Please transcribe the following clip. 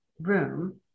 room